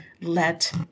let